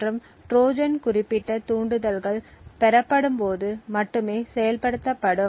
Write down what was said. மற்றும் ட்ரோஜன்குறிப்பிட்ட தூண்டுதல்கள் பெறப்படும் போது மட்டுமே செயல்படுத்தப்படும்